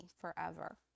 forever